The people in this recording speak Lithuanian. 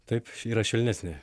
taip yra švelnesnė